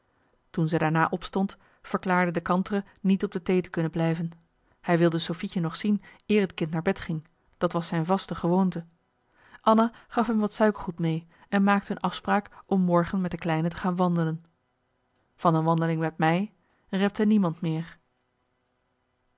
toen ze daarna opstond verklaarde de kantere marcellus emants een nagelaten bekentenis niet op de thee te kunnen blijven hij wilde sofietje nog zien eer het kind naar bed ging dat was zijn vaste gewoonte anna gaf hem wat suikergoed mee en maakte een afspraak om morgen met de kleine te gaan wandelen van een wandeling met mij repte niemand meer